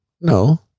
No